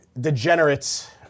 degenerates